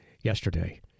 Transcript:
yesterday